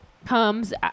comes